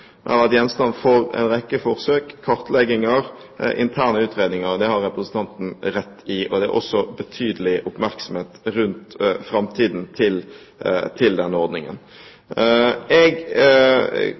gjenstand for en rekke forsøk, kartlegginger og interne utredninger. Det har representanten rett i, og det er også betydelig oppmerksomhet rundt framtiden til denne ordningen.